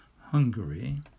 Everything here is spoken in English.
Hungary